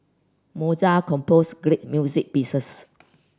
Mozart composed great music pieces